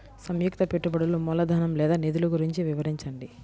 సంయుక్త పెట్టుబడులు మూలధనం లేదా నిధులు గురించి వివరించండి?